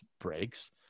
breaks